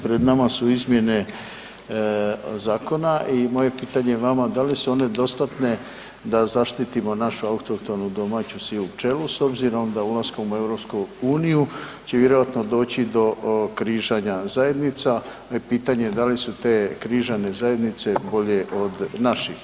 Pred nama su izmjene zakona i moje pitanje vama da li su one dostatne da zaštitimo našu autohtonu domaću sivu pčelu s obzirom da ulaskom u EU će vjerojatno doći do križanja zajednica, pa je pitanje da li su te križane zajednice bolje od naših?